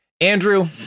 Andrew